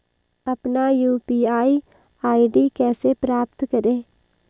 अपना UPI ID कैसे प्राप्त करें?